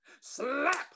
Slap